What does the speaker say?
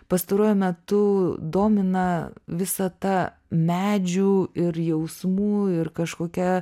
pastaruoju metu domina visa ta medžių ir jausmų ir kažkokia